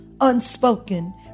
unspoken